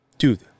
Dude